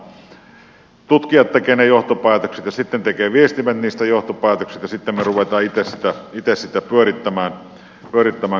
tutkijat tekevät ne johtopäätökset ja sitten tekevät viestimet niistä johtopäätökset ja sitten me rupeamme itse sitä pyörittämään kaiken kaikkiaan